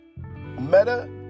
Meta